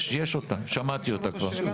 יש אותה, שמעתי אותה כבר.